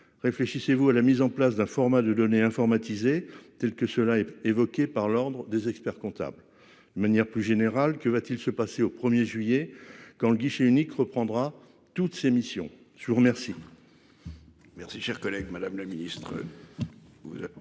Réfléchissez-vous à la mise en place d'un format de données informatisées tels que cela est évoquée par l'Ordre des experts-comptables d'une manière plus générale, que va-t-il se passer au 1er juillet. Quand le guichet unique reprendra toutes ses missions. Je vous remercie. Merci cher collègue. Madame la Ministre.